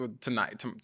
tonight